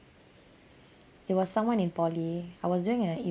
it was someone in poly I was doing